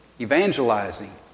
evangelizing